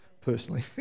personally